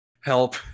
Help